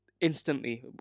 instantly